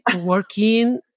working